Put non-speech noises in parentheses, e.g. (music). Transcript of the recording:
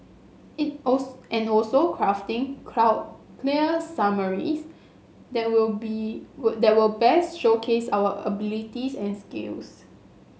it also and also crafting (unintelligible) clear summaries that will be that will best showcase our abilities and skills